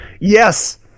Yes